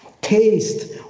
taste